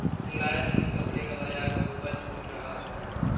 मुलायम ऊनी कपड़े का बाजार बहुत फल फूल रहा है